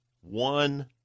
one